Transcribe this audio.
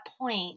point